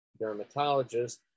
dermatologist